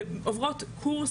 ההבדל היחידי בין המערכות,